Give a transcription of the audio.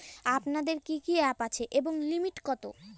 আপনাদের কি কি অ্যাপ আছে এবং লিমিট কত?